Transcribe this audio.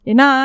Ina